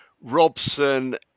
Robson